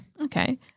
Okay